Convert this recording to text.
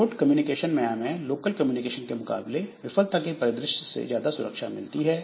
remote communication में हमें local communication के मुकाबले विफलता के परिदृश्य से ज्यादा सुरक्षा मिलती है